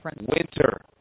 Winter